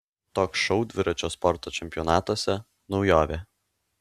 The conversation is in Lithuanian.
toks šou dviračio sporto čempionatuose naujovė